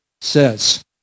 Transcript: says